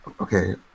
okay